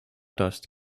dust